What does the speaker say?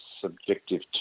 subjective